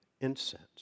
incense